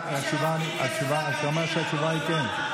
אתה אומר שהתשובה היא כן?